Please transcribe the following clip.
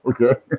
Okay